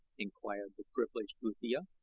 inquired the privileged uthia.